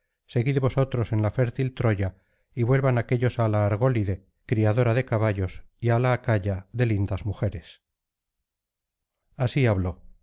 seguid vosotros en la fértil troya y vuelvan aquéllos á la argólide criadora de caballos y á la acaya de lindas mujeres así habló